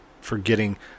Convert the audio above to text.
forgetting